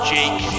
Jake